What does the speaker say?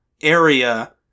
area